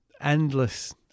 endless